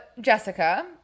Jessica